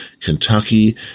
Kentucky